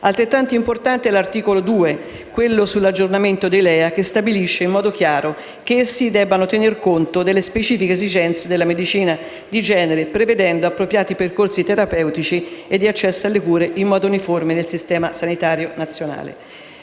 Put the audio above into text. Altrettanto importante è l'articolo 2, quello sull'aggiornamento dei LEA, che stabilisce in modo chiaro che essi debbano tener conto delle specifiche esigenze della medicina di genere, prevedendo appropriati percorsi terapeutici e di accesso alle cure in modo uniforme nel Sistema sanitario nazionale.